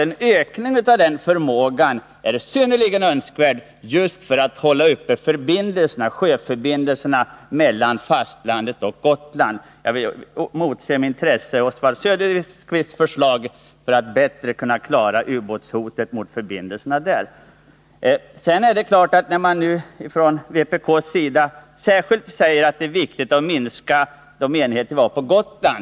En ökning av den förmågan är synnerligen önskvärd, just för att hålla uppe sjöförbindelserna mellan fastlandet och Gotland. Jag motser med intresse Oswald Söderqvists förslag för att vi bättre skall kunna klara u-båtshotet mot dessa förbindelser. Från vpk:s sida säger man att det är särskilt viktigt att minska enheterna på Gotland.